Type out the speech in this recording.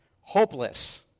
hopeless